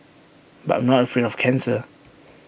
but I'm not afraid of cancer